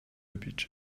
budget